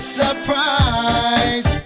surprise